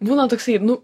būna toksai nu